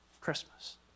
Christmas